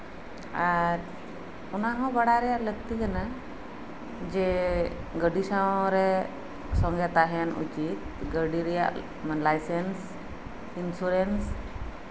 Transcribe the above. ᱟᱨ ᱚᱱᱟᱦᱚᱸ ᱵᱟᱰᱟᱭ ᱨᱮᱭᱟᱜ ᱞᱟᱹᱠᱛᱤ ᱠᱟᱱᱟ ᱡᱮ ᱜᱟᱹᱰᱤ ᱥᱟᱢᱟᱝᱨᱮ ᱥᱚᱝᱜᱮ ᱛᱟᱸᱦᱮᱱ ᱩᱪᱤᱛ ᱜᱟᱹᱰᱤ ᱨᱮᱭᱟᱜ ᱞᱟᱭᱥᱮᱱᱥ ᱤᱱᱥᱩᱨᱮᱱᱥ